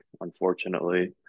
unfortunately